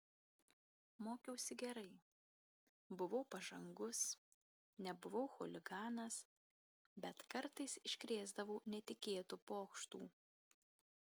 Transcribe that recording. mokiausi gerai buvau pažangus nebuvau chuliganas bet kartais iškrėsdavau netikėtų pokštų